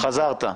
חזרת.